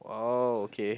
oh okay